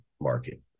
market